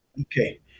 Okay